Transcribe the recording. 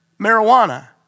marijuana